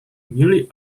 newly